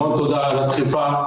המון תודה על הדחיפה,